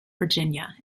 virginia